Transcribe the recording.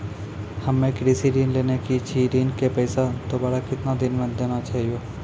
हम्मे कृषि ऋण लेने छी ऋण के पैसा दोबारा कितना दिन मे देना छै यो?